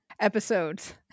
episodes